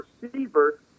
receiver